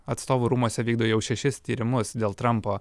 atstovų rūmuose vykdo jau šešis tyrimus dėl trampo